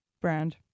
Brand